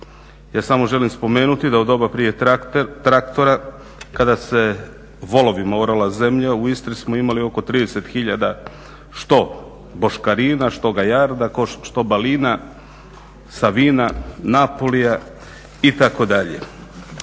Ja samo želim spomenuti da u doba prije traktora kada se volovima orala zemlja, u Istri smo imali oko 30 hiljada što boškarina, što …, što balina, savina, …, itd.